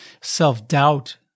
self-doubt